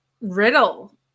riddle